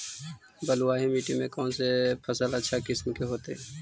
बलुआही मिट्टी में कौन से फसल अच्छा किस्म के होतै?